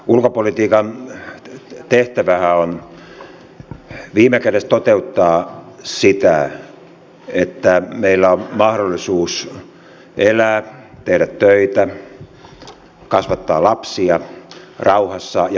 ulkopolitiikan tehtävähän on viime kädessä toteuttaa sitä että meillä on mahdollisuus elää tehdä töitä kasvattaa lapsia rauhassa ja pelkäämättä